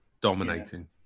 dominating